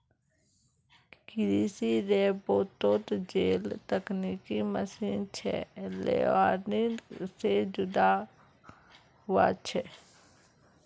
कृषि रोबोतोत जेल तकनिकी मशीन छे लेअर्निंग से जुदा हुआ छे